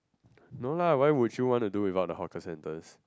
no lah why would you want to do without the hawker centres